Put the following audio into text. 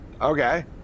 Okay